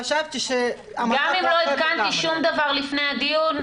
חשבתי --- גם אם לא עדכנתי שום דבר לפני הדיון,